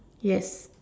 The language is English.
yes